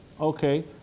okay